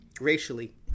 racially